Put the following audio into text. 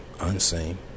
Unseen